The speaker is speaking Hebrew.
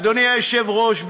אדוני היושב-ראש,